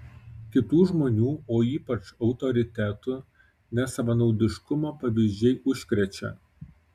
kitų žmonių o ypač autoritetų nesavanaudiškumo pavyzdžiai užkrečia